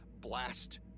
blast